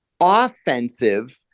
offensive